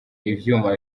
ivyuma